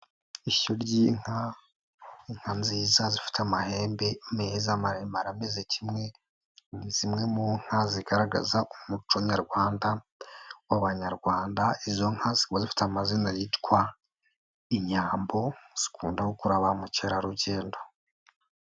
Ishyo ry'inka, inka nziza zifite amahembe meza maremare amezi kimwe, ni zimwe mu nka zigaragaza umuco nyarwanda w'Abanyarwanda, izo ziba zifite amazina yitwa inyambo zikunda gukurura ba mukerarugendo.